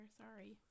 Sorry